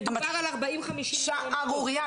זאת שערורייה,